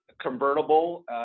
convertible